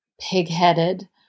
pigheaded